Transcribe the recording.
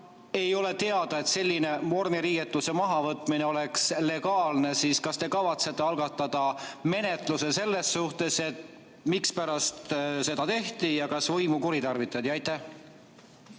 ei ole teada, et selline vormiriietuse mahavõtmine on legaalne, siis kas te kavatsete algatada menetluse selle suhtes, mispärast seda tehti ja kas võimu kuritarvitati? Aitäh!